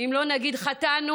אם לא נגיד: חטאנו,